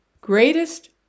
greatest